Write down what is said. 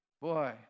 Boy